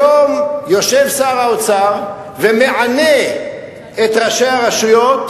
היום יושב שר האוצר ומענה את ראשי הרשויות,